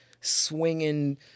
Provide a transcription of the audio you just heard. swinging